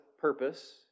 purpose